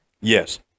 Yes